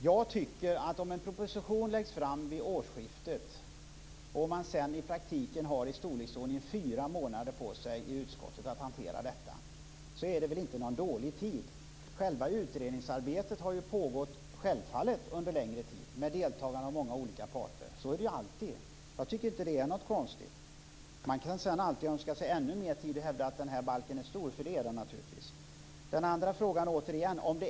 Fru talman! Om en proposition läggs fram vid årsskiftet och man sedan i praktiken har fyra månader på sig att hantera detta i utskottet, är det inte fråga om för kort tid. Själva utredningsarbetet har självfallet pågått under längre tid med deltagande av många olika parter. Så är det alltid. Det är inte något konstigt. Det går alltid att hävda att det behövs mer tid för att balken är stor - det är den.